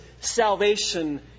salvation